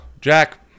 Jack